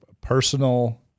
personal